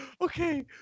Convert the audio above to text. Okay